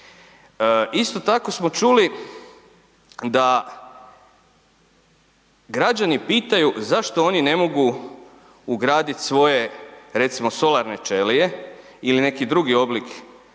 Isto tako smo čuli da građani pitaju zašto oni ne mogu ugradit svoje recimo solarne ćelije ili neki drugi oblik